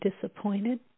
disappointed